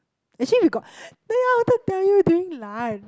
actually we got then I wanted tell you during lunch